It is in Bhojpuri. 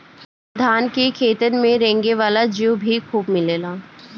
धान के खेतन में रेंगे वाला जीउ भी खूब मिलेलन